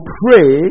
pray